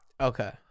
Okay